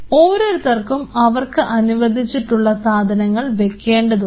ഓരോരുത്തർക്കും അവർക്ക് അനുവദിച്ചിട്ടുള്ള സാധനങ്ങൾ വെക്കേണ്ടതുണ്ട്